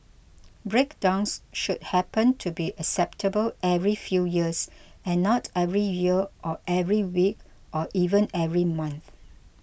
breakdowns should happen to be acceptable every few years and not every year or every week or even every month